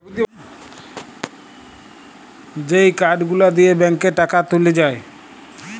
যেই কার্ড গুলা দিয়ে ব্যাংকে টাকা তুলে যায়